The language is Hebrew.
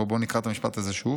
בוא נקרא את המשפט הזה שוב: